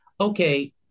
okay